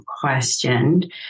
questioned